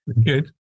Good